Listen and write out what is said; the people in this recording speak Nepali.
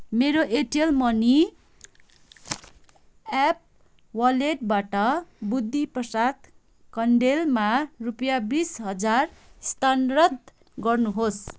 मेरो एयरटेल मनी एप वालेटबाट बुद्धि प्रसाद कँडेलमा रुपियाँ बिस हजार स्थानान्तरण गर्नुहोस्